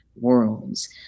worlds